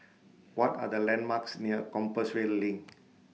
What Are The landmarks near Compassvale LINK